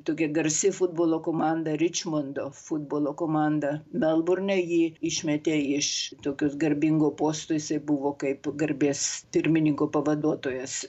tu gi garsi futbolo komanda ričmondo futbolo komanda melburne jį išmetė iš tokios garbingo posto jisai buvo kaip garbės pirmininko pavaduotojas